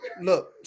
look